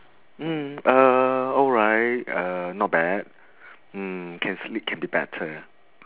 mm uh alright uh not bad mm can sleep can be better